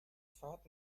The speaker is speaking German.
fahrt